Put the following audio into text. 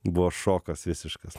buvo šokas visiškas